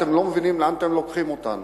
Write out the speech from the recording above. אתם לא מבינים לאן אתם לוקחים אותנו.